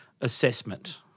assessment